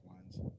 lines